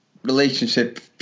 Relationship